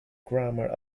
grammar